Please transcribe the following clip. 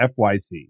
FYC